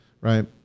right